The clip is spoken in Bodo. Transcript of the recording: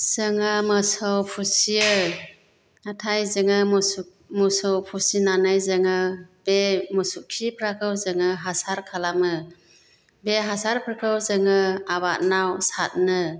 जोङो मोसौ फुसियो नाथाइ जोङो मोसौ मोसौ फुसिनानै जोङो बे मोसौ खिफ्राखौ जोङो हासार खालामो बे हासारफोरखौ जोङो आबादनाव सादनो